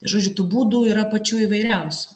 žodžiu tų būdų yra pačių įvairiausių